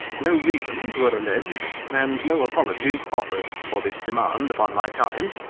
no reasons were alleged and no apologies offered for this demand upon my time,